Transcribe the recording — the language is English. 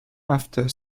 after